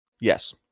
Yes